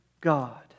God